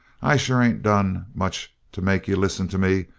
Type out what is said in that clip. i sure ain't done much to make you listen to me,